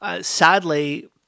sadly